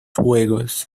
juegos